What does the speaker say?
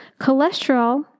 Cholesterol